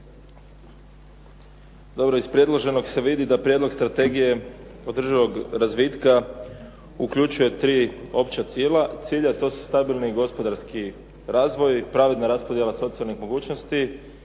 Dobro, iz predloženog se vidi da Prijedlog strategije održivog razvitka uključuje tri opća cilja a to su stabilni i gospodarski razvoj, pravedna raspodjela socijalnih mogućnosti